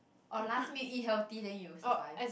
or last meat eat healthy then you'll survive